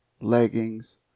leggings